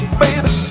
baby